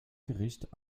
gericht